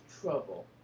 trouble